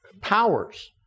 powers